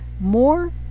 More